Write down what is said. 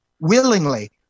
willingly